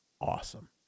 awesome